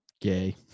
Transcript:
gay